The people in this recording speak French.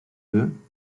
deux